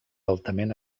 altament